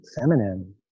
feminine